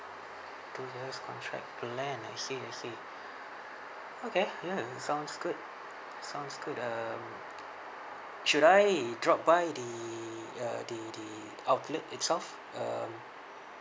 two years contract plan I see I see okay ya it sounds good sounds good uh should I drop by the uh the the outlet itself uh